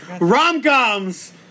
Rom-coms